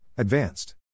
Advanced